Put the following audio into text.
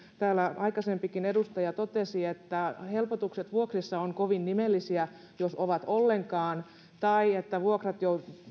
täällä aikaisempikin edustaja totesi että helpotukset vuokrissa ovat kovin nimellisiä jos ovat ollenkaan tai että vuokrat